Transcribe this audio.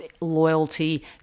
loyalty